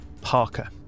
Parker